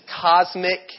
cosmic